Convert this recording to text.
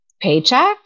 paycheck